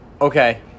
Okay